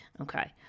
Okay